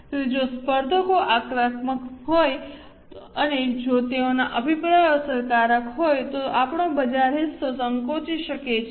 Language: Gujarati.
તેથી જો સ્પર્ધકો આક્રમક હોય અને જો તેઓના અભિયાનો અસરકારક હોય તો આપણો બજાર હિસ્સો સંકોચી શકે છે